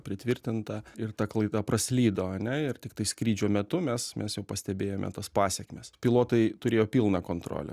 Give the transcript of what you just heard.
pritvirtinta ir ta klaida praslydo ane ir tiktai skrydžio metu mes mes jau pastebėjome tas pasekmes pilotai turėjo pilną kontrolę